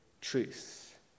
truth